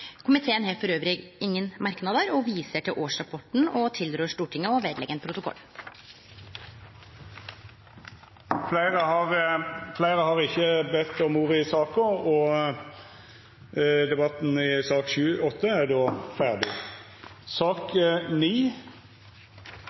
Komiteen har elles ingen merknader, viser til årsrapporten og tilrår Stortinget å leggje han ved protokollen. Fleire har ikkje bedt om ordet til sak nr. 8. Etter ønske frå kommunal- og